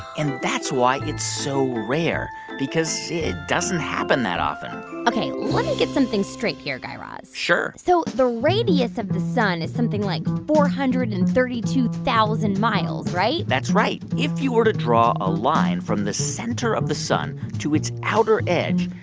and that's why it's so rare because it doesn't happen that often ok. let get something straight here, guy raz sure so the radius of the sun is something like four hundred and thirty two thousand miles, right? that's right. if you were to draw a line from the center of the sun to its outer edge,